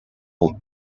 would